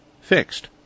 fixed